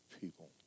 people